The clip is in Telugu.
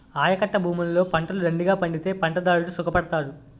ఆయకట్టభూములలో పంటలు దండిగా పండితే పంటదారుడు సుఖపడతారు